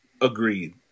Agreed